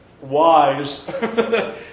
wise